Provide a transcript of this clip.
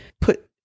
put